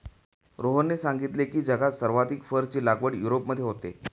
रोहनने सांगितले की, जगात सर्वाधिक फरची लागवड युरोपमध्ये होते